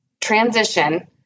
transition